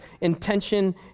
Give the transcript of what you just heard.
intention